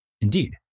Indeed